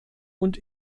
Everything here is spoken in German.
und